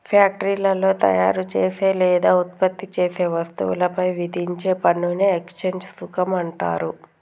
ఫ్యాక్టరీలో తయారుచేసే లేదా ఉత్పత్తి చేసే వస్తువులపై విధించే పన్నుని ఎక్సైజ్ సుంకం అంటరు